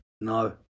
No